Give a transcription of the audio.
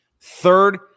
Third